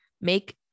make